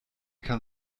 kann